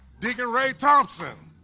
deacon rae thompson